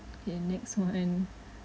okay next one